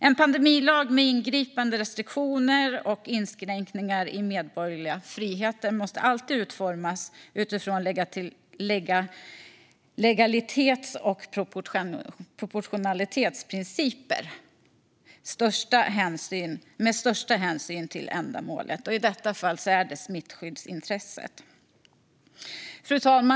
En pandemilag med ingripande restriktioner och inskränkningar i medborgerliga friheter måste alltid utformas utifrån legalitets och proportionalitetsprinciper med största hänsyn till ändamålet, i detta fall smittskyddsintresset. Fru talman!